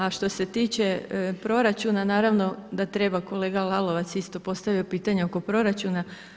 A što se tiče proračuna naravno da treba, kolega Lalovac je isto postavio pitanje oko proračuna.